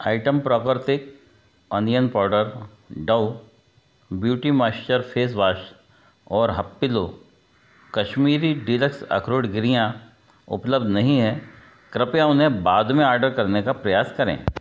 item प्रकृतिक onion powder Dove beauty moisture face wash और Happilo Kashmiri deluxe अखरोट गिरियाँ उपलब्ध नहीं हैं कृपया उन्हें बाद में आर्डर करने का प्रयास करें